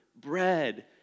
bread